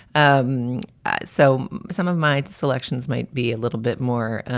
um so some of my selections might be a little bit more